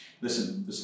listen